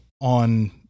on